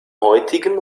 heutigen